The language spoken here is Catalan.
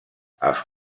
els